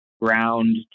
ground